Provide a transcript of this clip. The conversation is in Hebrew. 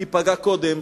הוא ייפגע קודם,